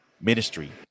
ministry